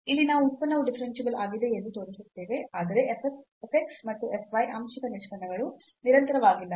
ಇಲ್ಲಿ ನಾವು ಉತ್ಪನ್ನವು ಡಿಫರೆನ್ಸಿಬಲ್ ಆಗಿದೆ ಎಂದು ತೋರಿಸುತ್ತೇವೆ ಆದರೆ f x ಮತ್ತು f y ಆಂಶಿಕ ನಿಷ್ಪನ್ನಗಳು ನಿರಂತರವಾಗಿಲ್ಲ